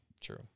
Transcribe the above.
true